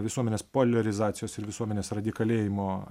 visuomenės poliarizacijos ir visuomenės radikalėjimo